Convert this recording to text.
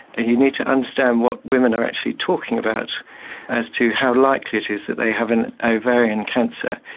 and you need to understand what women are actually talking about as to how likely it is that they have an ovarian cancer.